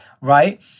right